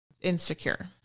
insecure